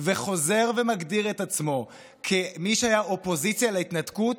וחוזר ומגדיר את עצמו כמי שהיה אופוזיציה להתנתקות,